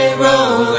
roll